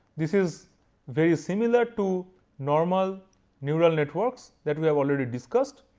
this is very similar to normal neural networks that we have already discussed,